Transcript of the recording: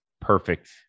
perfect